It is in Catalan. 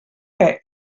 que